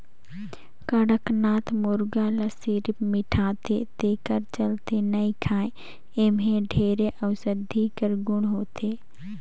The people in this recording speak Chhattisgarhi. कड़कनाथ मुरगा ल सिरिफ मिठाथे तेखर चलते नइ खाएं एम्हे ढेरे अउसधी कर गुन होथे